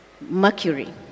mercury